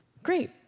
Great